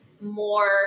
more